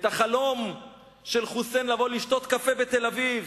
את החלום של חוסיין לבוא לשתות קפה בתל-אביב.